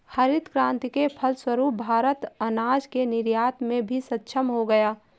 हरित क्रांति के फलस्वरूप भारत अनाज के निर्यात में भी सक्षम हो गया